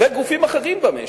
וגופים אחרים במשק,